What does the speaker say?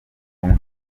kumwe